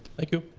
thank you.